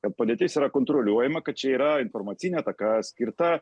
kad padėtis yra kontroliuojama kad čia yra informacinė ataka skirta